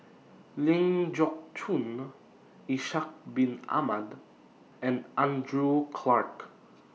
Ling Geok Choon Ishak Bin Ahmad and Andrew Clarke